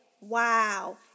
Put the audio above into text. Wow